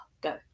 go